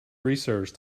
research